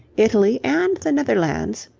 italy, and the netherlands,